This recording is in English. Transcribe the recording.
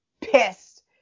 pissed